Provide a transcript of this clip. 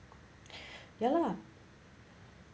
ya lah